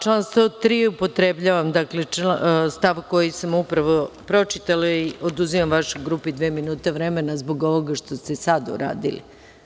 Član 103. upotrebljavam, dakle stav koji sam upravo pročitala i oduzimam vašoj grupi dva minuta vremena zbog ovoga što ste sad uradili.